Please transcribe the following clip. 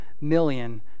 million